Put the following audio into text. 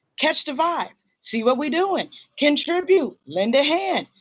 catch the vibe. see what we doing. contribute. lend a hand.